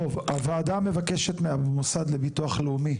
1. הוועדה מבקשת מהמוסד לביטוח לאומי,